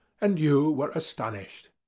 and you were astonished.